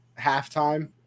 halftime